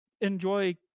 enjoy